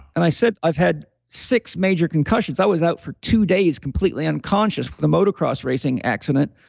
and i said, i've had six major concussions. i was out for two days, completely unconscious for the motocross racing accident.